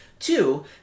Two